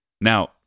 Now